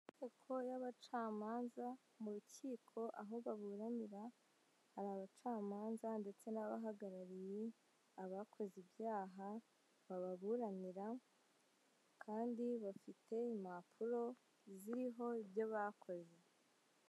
Amategeko y'abacamanza mu rukiko aho baburanira, hari abacamanza ndetse n'abahagarariye abakoze ibyaha bababuranira kandi bafite impapuro ziriho ibyo bakoze.